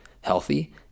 healthy